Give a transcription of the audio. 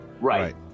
Right